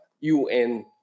UN